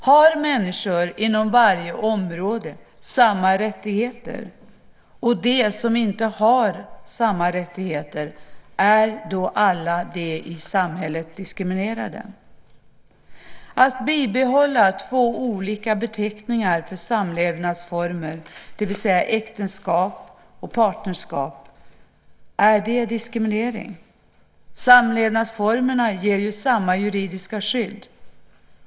Har människor inom varje område samma rättigheter, och är alla de i samhället som inte har samma rättigheter diskriminerade? Att bibehålla två olika beteckningar på samlevnadsformer, det vill säga äktenskap och partnerskap, är det diskriminering? Samlevnadsformerna ger ju samma juridiska skydd.